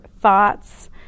thoughts